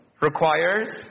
requires